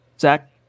Zach